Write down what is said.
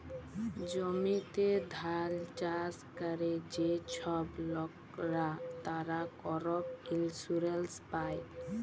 জমিতে ধাল চাষ ক্যরে যে ছব লকরা, তারা করপ ইলসুরেলস পায়